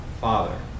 Father